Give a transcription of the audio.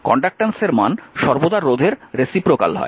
কন্ডাক্ট্যান্সের মান সর্বদা রোধের রেসিপ্রোকাল হয়